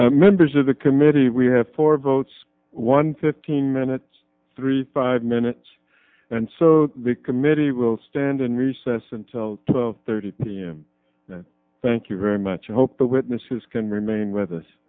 members of the committee we have four votes one fifteen minutes three five minutes and so the committee will stand in recess until two thirty p m thank you very much i hope that witnesses can remain with us